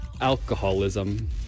Alcoholism